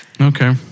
Okay